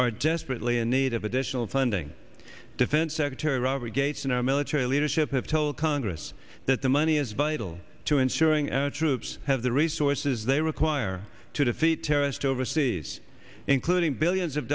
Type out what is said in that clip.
are desperately in need of additional funding defense secretary robert gates and our military leadership have told congress that the money is vital to ensuring our troops have the resources they require to defeat terrorists overseas including billions of